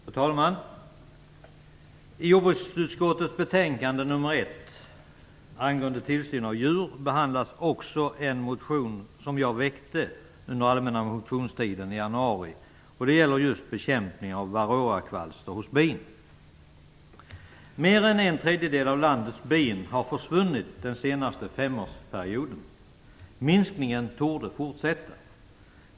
Fru talman! I jordbruksutskottets betänkande nr 1 angående tillsyn av djur behandlas också en motion som jag väckte under allmänna motionstiden i januari. Det gäller just bekämpning av varroakvalster hos bin. Mer än en tredjedel av landets bin har försvunnit den senaste femårsperioden. Minskningen torde fortsätta.